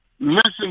Listen